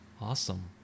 awesome